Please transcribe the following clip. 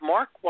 Mark